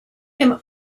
him